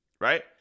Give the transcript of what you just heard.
right